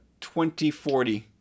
2040